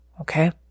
Okay